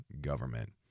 government